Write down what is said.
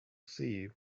see